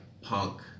punk